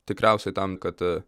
tikriausiai tam kad aa